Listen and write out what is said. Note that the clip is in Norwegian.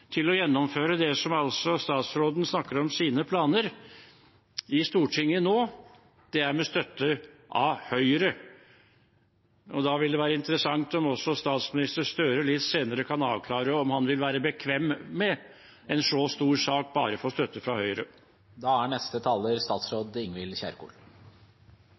til å gjennomføre det som statsråden snakker om av sine planer i Stortinget nå, er med støtte fra Høyre. Da vil det være interessant om også statsminister Støre litt senere kan avklare om han vil være bekvem med at en så stor sak bare får støtte fra Høyre. Dette er